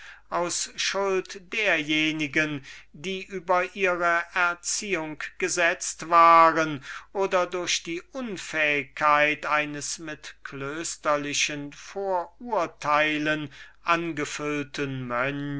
aus schuld derjenigen die über ihre erziehung gesetzt waren oder durch die unfähigkeit eines dummen mit klösterlichen vorurteilen angefüllten